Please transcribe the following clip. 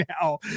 now